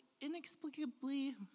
inexplicably